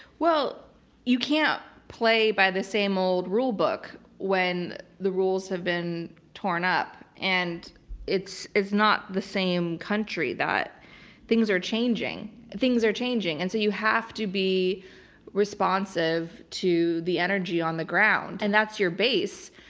well you can't play by the same old rulebook when the rules have been torn up. and it's it's not the same country. things are changing. things are changing. and so you have to be responsive to the energy on the ground. and that's your base.